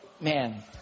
man